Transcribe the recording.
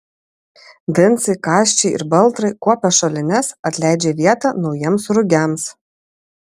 vincai kasčiai ir baltrai kuopia šalines atleidžia vietą naujiems rugiams